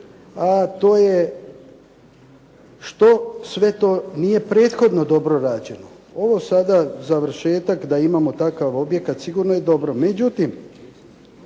a to je što sve to nije prethodno dobro rađeno. Ovo sada, završetak da imamo takav objekat sigurno je dobro,